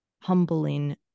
humbling